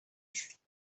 است